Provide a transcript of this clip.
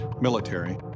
military